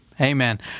Amen